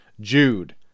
Jude